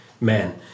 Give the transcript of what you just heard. man